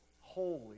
holy